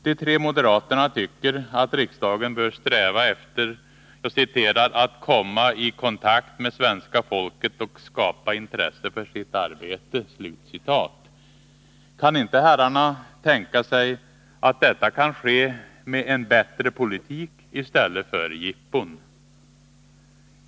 De tre moderaterna tycker att riksdagen bör sträva efter ”att komma i kontakt med svenska folket och skapa intresse för sitt arbete”. Kan inte herrarna tänka sig att detta kan ske med en bättre politik i stället för jippon?